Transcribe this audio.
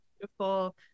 beautiful